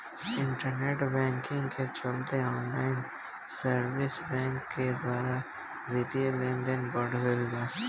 internet banking के चलते online saving bank के द्वारा बित्तीय लेनदेन बढ़ गईल बा